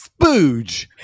Spooge